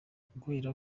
guhera